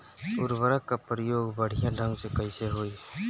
उर्वरक क प्रयोग बढ़िया ढंग से कईसे होई?